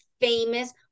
famous